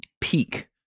peak